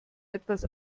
etwas